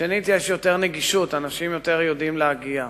שנית, יש יותר נגישות, אנשים יודעים להגיע.